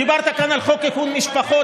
דיברת כאן על חוק איחוד משפחות,